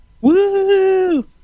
Woo